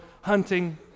hunting